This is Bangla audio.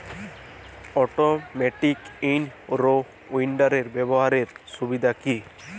অটোমেটিক ইন রো উইডারের ব্যবহারের সুবিধা কি?